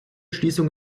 schließung